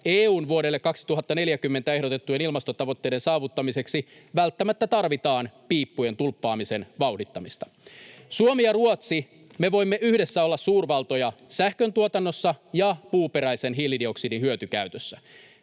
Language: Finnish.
EU:n vuodelle 2040 ehdotettujen ilmastotavoitteiden saavuttamiseksi tarvitaan välttämättä piippujen tulppaamisen vauhdittamista. Suomi ja Ruotsi, me voimme yhdessä olla suurvaltoja sähköntuotannossa ja puuperäisen hiilidioksidin hyötykäytössä.